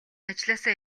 ажлаасаа